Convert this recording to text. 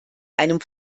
einem